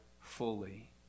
fully